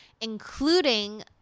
including